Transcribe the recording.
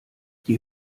die